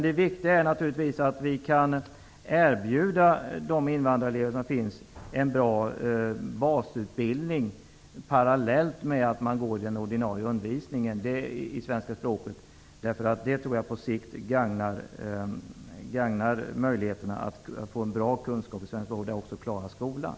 Det viktiga är naturligtvis att vi kan erbjuda invandrareleverna en bra basutbildning i svenska språket parallellt med att de följer den ordinarie undervisningen. Det tror jag på sikt gagnar möjligheterna inte bara att få bra kunskaper i svenska språket utan också att klara skolan.